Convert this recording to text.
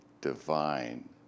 divine